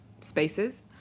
spaces